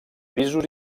pisos